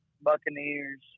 Buccaneers